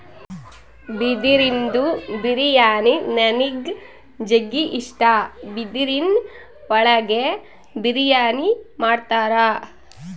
ಬಿದಿರಿಂದು ಬಿರಿಯಾನಿ ನನಿಗ್ ಜಗ್ಗಿ ಇಷ್ಟ, ಬಿದಿರಿನ್ ಒಳಗೆ ಬಿರಿಯಾನಿ ಮಾಡ್ತರ